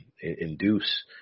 induce